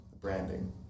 branding